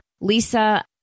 Lisa